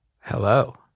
Hello